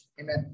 Amen